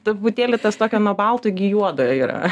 truputėlį tas tokio nuo balto iki juodo yra